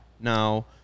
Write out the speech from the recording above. Now